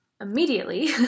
immediately